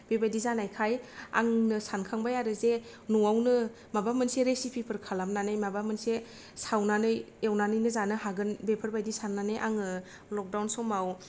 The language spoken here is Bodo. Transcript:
बेबायदि जानायखाय आंनो सानखांबाय आरो जे नआवनो माबा मोनसे रेसिपिफोर खालामनानै माबा मोनसे सावनानै एवनानैनो जानो हागोन बेफोरबायदि सान्नानै आङो लकदाउन समाव